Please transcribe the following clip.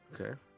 okay